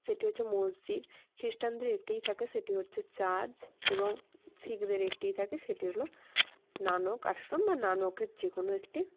সেটি হচ্ছে মসজিদ খ্রিস্টানদের একটিই থাকে সেটি হচ্ছে চার্চ এবং শিখদের একটিই থাকে সেটি হলো নানক আশ্রম বা নানকের যে কোনো একটি